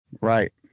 Right